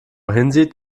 hinsieht